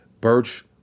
Birch